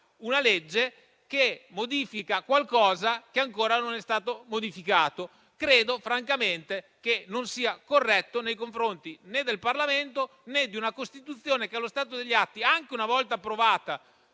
una legge che modifica qualcosa che ancora non è stato modificato. Credo francamente che non sia corretto nei confronti né del Parlamento, né di una Costituzione che allo stato degli atti, anche una volta approvato